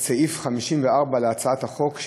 את סעיף 54 להצעת החוק,